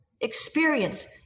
experience